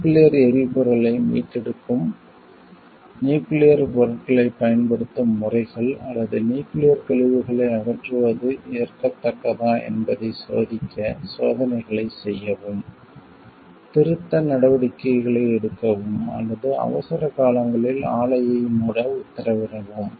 nuclear எரிபொருளை மீட்டெடுக்கும் nuclear பொருட்களைப் பயன்படுத்தும் முறைகள் அல்லது நியூக்கிளியர்க் கழிவுகளை அகற்றுவது ஏற்கத்தக்கதா என்பதைச் சோதிக்க சோதனைகளைச் செய்யவும் திருத்த நடவடிக்கைகளை எடுக்கவும் அல்லது அவசர காலங்களில் ஆலையை மூட உத்தரவிடவும்